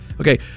Okay